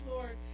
Lord